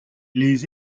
les